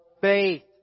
faith